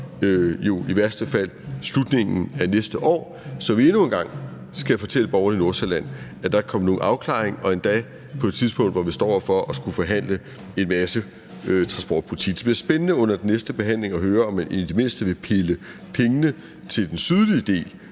jo i værste fald slutningen af næste år, så vi endnu en gang skal fortælle borgerne i Nordsjælland, at der ikke er kommet nogen afklaring, og endda på et tidspunkt, hvor vi står for at skulle forhandle en masse transportpolitik. Det bliver spændende under den næste behandling at høre, om man i det mindste vil pille pengene til den sydlige del